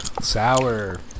Sour